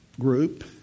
group